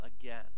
again